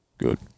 Good